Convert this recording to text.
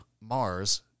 Mars